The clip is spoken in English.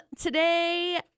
Today